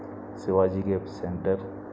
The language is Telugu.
Shivaji gift centre